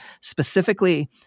Specifically